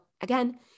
again